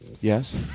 Yes